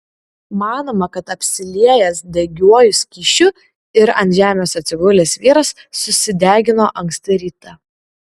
manoma kad apsiliejęs degiuoju skysčiu ir ant žemės atsigulęs vyras susidegino anksti rytą